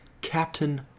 Captain